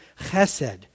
chesed